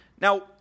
Now